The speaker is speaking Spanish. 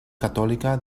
católica